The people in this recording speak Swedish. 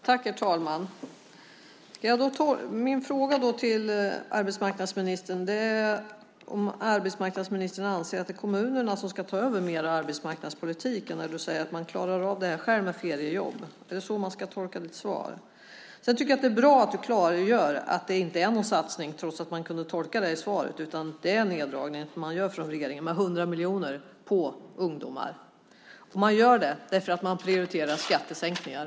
Herr talman! Min fråga till arbetsmarknadsministern är: Anser arbetsmarknadsministern att det är kommunerna som ska ta över mer av arbetsmarknadspolitiken? Han säger ju att man klarar av det här med feriejobb själv. Är det så man ska tolka hans svar? Sedan tycker jag att det är bra att han klargör att det inte är någon satsning, trots att man kunde tolka svaret så, utan att det är en neddragning som regeringen gör med 100 miljoner på ungdomar. Man gör det därför att man prioriterar skattesänkningar.